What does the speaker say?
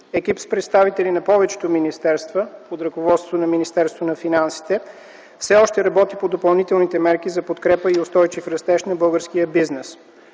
Екип с представители на повечето министерства под ръководството на Министерството на финансите все още работи по допълнителните мерки за подкрепа и устойчив растеж на българския бизнес.